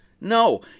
No